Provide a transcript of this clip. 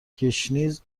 گشنیز